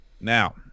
Now